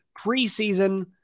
preseason